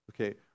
Okay